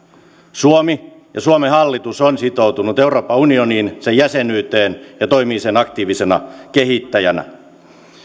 suomi ja suomen hallitus on sitoutunut euroopan unioniin sen jäsenyyteen ja toimii sen aktiivisena kehittäjänä